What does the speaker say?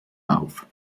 auf